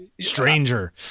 Stranger